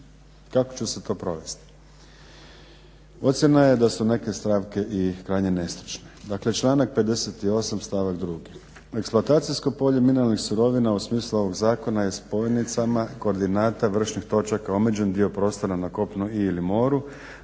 Kako će se to provesti? Ocjena je da su neke stavke i krajnje nestručne. Dakle, članak 58. stavak 2. – eksploatacijsko polje mineralnih sirovina u smislu ovog zakona je spojnicama koordinata vršnih točaka omeđen dio prostora na kopnu ili moru